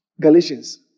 Galatians